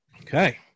Okay